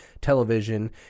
television